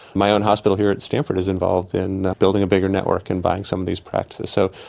my own hospital here at stanford is involved in building a bigger network and buying some of these practices. so,